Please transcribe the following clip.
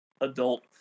adult